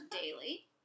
daily